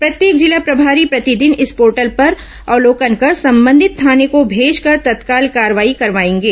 प्रत्येक जिला प्रभारी प्रतिदिन इस पोर्टल का अवलोकन कर संबंधित थाने को भेजकर तत्काल कार्रवाई करवाएंगे